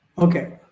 Okay